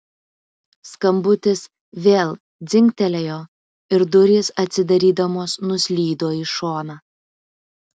skambutis vėl dzingtelėjo ir durys atsidarydamos nuslydo į šoną